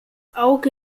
auge